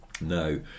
no